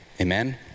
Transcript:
Amen